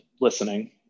listening